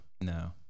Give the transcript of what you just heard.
No